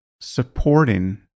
supporting